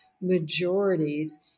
majorities